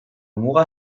muga